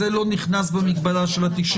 זה לא נכנס במגבלה של ה-90.